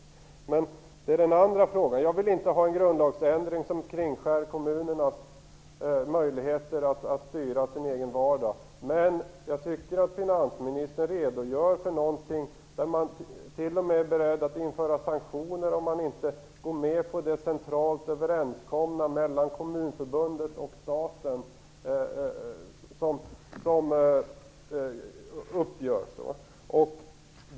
När det gäller den andra frågan vill jag inte ha en grundlagsändring som kringskär kommunernas möjligheter att styra sin egen vardag. Men jag tycker att finansministerns redogörelse visar att man t.o.m. är beredd att införa sanktioner om man inte går med på de mellan Kommunförbundet och staten centrala uppgörelserna.